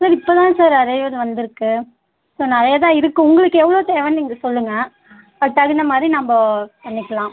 sir இப்போ தான் sir arrival வந்துருக்குது ஸோ நிறையா தான் இருக்குது உங்களுக்கு எவ்வளோ தேவைனு நீங்கள் சொல்லுங்க அதுக்கு தகுந்த மாதிரி நம்ப பண்ணிக்கலாம்